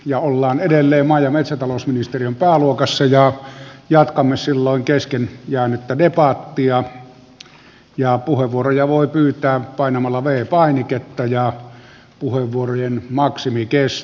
ja ollaan edelleen maa ja metsätalousministeriön pääluokassa ja jatkamme silloin kesken jäänyttä vie paattia ja puheenvuoroja voi pyytää painamalla vei arvoisa herra puhemies